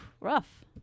rough